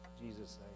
Jesus